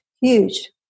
huge